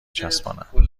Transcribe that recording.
چسباند